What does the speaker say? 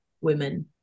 women